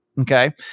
Okay